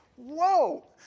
Whoa